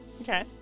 okay